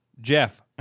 Jeff